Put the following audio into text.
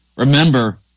Remember